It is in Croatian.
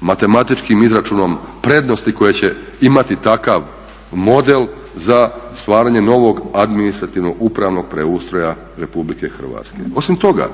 matematičkim izračunom prednosti koje će imati takav model za stvaranje novog administrativno-upravnog preustroja Republike Hrvatske. Osim toga,